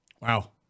Wow